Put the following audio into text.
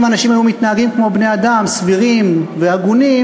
אם אנשים היו מתנהגים כמו בני-אדם סבירים והגונים,